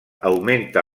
augmenta